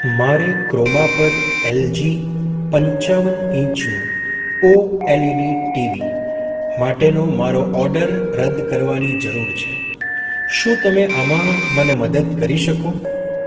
મારે ક્રોમા પર એલજી પંચાવન ઇંચનું ઓએલઇડી ટીવી માટેનો મારો ઓર્ડર રદ કરવાની જરૂર છે શું તમે આમાં મને મદદ કરી શકો